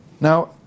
Now